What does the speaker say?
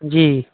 جی